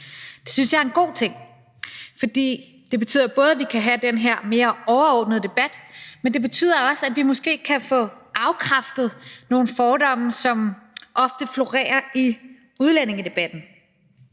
Det synes jeg er en god ting, for det betyder både, at vi kan have den her mere overordnede debat, men det betyder også, at vi måske kan få afkræftet nogle fordomme, som ofte florerer i udlændingedebatten.